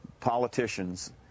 politicians